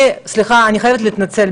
אני חייבת להתנצל,